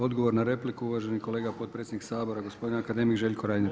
Odgovor na repliku uvaženi kolega potpredsjednik Sabora gospodin akademik Željko Reiner.